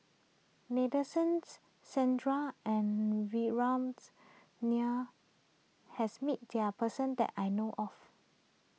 Nadasen Chandra and Nair has met this person that I know of